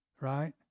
Right